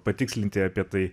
patikslinti apie tai